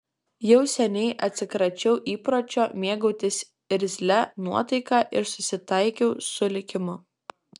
jau seniai atsikračiau įpročio mėgautis irzlia nuotaika ir susitaikiau su likimu